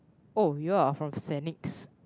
oh you all are from Saint Nick's